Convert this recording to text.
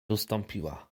ustąpiła